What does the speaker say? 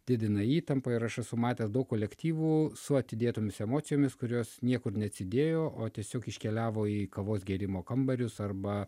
didina įtampą ir aš esu matęs daug kolektyvų su atidėtomis emocijomis kurios niekur neatsidėjo o tiesiog iškeliavo į kavos gėrimo kambarius arba